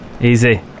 Easy